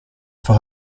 for